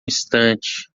instante